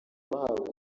bahabwa